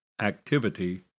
activity